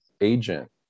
agent